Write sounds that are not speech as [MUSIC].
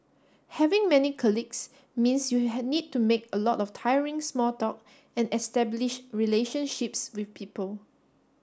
having many colleagues means you [UNINTELLIGIBLE] need to make a lot of tiring small talk and establish relationships with people